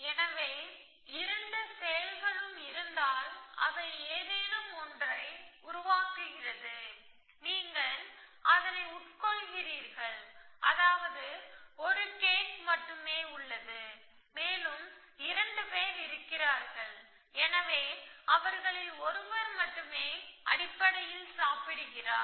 எனவே இரண்டு செயல்களும் இருந்தால் அவை ஏதேனும் ஒன்றை உருவாக்குகிறது நீங்கள் அதனை உட்கொள்கிறீர்கள் அதாவது 1 கேக் மட்டுமே உள்ளது மேலும் 2 பேர் இருக்கிறார்கள் எனவே அவர்களில் ஒருவர் மட்டுமே அடிப்படையில் சாப்பிடுகிறார்